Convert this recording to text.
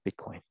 Bitcoin